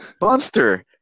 monster